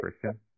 Christian